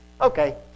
Okay